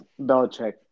Belichick